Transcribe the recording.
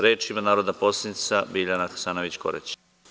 Reč ima narodni poslanik Biljana Hasanović Korać.